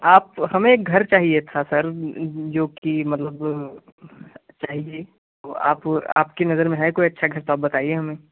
आप हमें घर चाहिए था सर जो कि मतलब चाहिए तो आप आपकी नज़र में है कोई अच्छा घर तो आप बताइए हमें